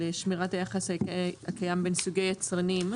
על שמירת היחס הקיים בין סוגי יצרנים,